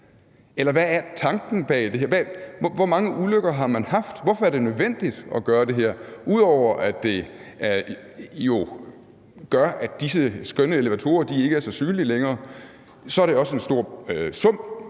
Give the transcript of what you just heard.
hvad er tanken bag det her? Hvor mange ulykker har man haft? Hvorfor er det nødvendigt at gøre det her, ud over at det jo gør, at disse skønne elevatorer ikke er så synlige længere? Det er også en stor sum